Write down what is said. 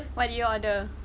what do you order